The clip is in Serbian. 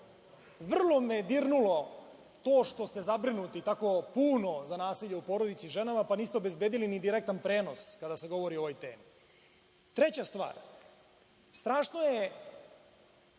vrlo me je dirnulo to što ste zabrinuti tako puno za nasilje u porodici i nad ženama, pa niste obezbedili ni direktan prenos kada se govori o ovoj temi. Treća stvar, strašno je